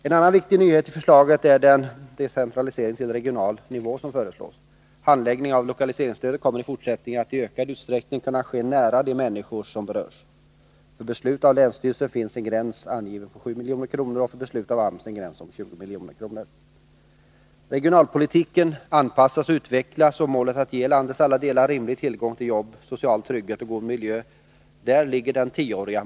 En annan viktig nyhet i förslaget är den decentralisering till regional nivå som föreslås. Handläggningen av lokaliseringsstödet kommer i fortsättningen att i ökad utsträckning kunna ske nära de människor som berörs. För beslut av länsstyrelse finns en gräns angiven på 7 milj.kr. och för beslut av AMS en gräns om 20 milj.kr. Regionalpolitiken anpassas och utvecklas, och den tioåriga målsättningen att ge landets alla delar rimlig tillgång på jobb, social trygghet och god miljö ligger fast.